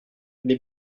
les